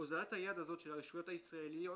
אוזלת היד של הרשויות הישראליות,